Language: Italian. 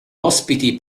ospiti